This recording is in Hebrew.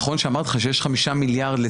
נכון שאמרתי לך שיש חמישה מיליארד שהיו,